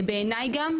בעיני גם,